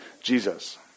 Jesus